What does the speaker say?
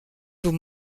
vous